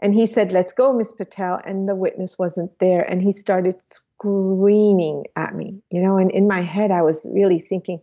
and he said, let's go miss patel, and the witness wasn't there and he started screaming at me. you know in in my head i was really thinking